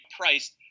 priced